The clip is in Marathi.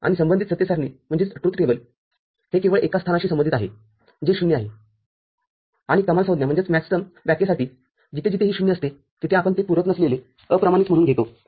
आणि संबंधित सत्य सारणी हे केवळ एकाच स्थानाशी संबंधित आहे जे ० आहे आणि कमालसंज्ञा व्याख्येसाठीजिथे जिथेही 0 असते तिथे आपण ते पूरक नसलेलेअप्रमाणित म्हणून घेतो